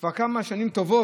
כבר כמה שנים טובות,